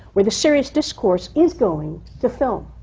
where the serious discourse is going to film.